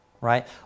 right